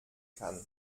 kann